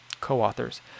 co-authors